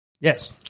Yes